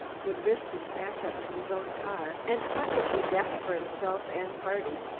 would risk a smash-up to his own car and possible death for himself and party,